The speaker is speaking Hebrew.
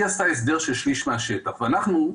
היא עשתה הסדר של שליש מהשטח ואנחנו,